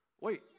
wait